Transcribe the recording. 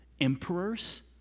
emperors